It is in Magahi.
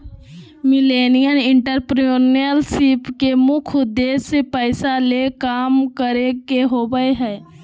मिलेनियल एंटरप्रेन्योरशिप के मुख्य उद्देश्य पैसा ले काम करे के होबो हय